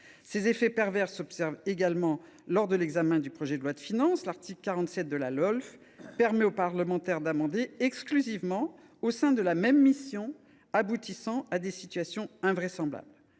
Ces effets pervers s’observent également lors de l’examen du projet de loi de finances. L’article 47 de la loi organique relative aux lois de finances permet aux parlementaires d’amender exclusivement au sein de la même mission, aboutissant à des situations invraisemblables.